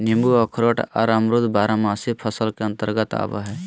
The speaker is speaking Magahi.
नींबू अखरोट आर अमरूद बारहमासी फसल के अंतर्गत आवय हय